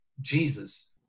Jesus